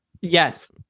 Yes